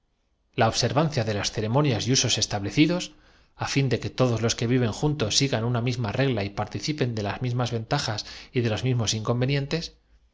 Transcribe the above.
el nombre de letrados y ceremonias y usos establecidos á fin de que todos su comunión el de academia los que viven juntos sigan una misma regla y parti entre los discípulos de confucio el más notable es cipen de las mismas ventajas y de los mismos